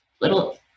little